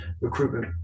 recruitment